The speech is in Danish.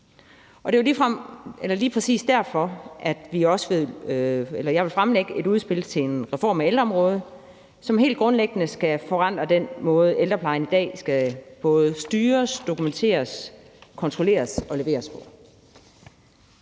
Det er jo lige præcis derfor, jeg vil fremlægge et udspil til en reform af ældreområdet, som helt grundlæggende skal forandre den måde, ældreplejen i dag både styres, dokumenteres, kontrolleres og leveres på.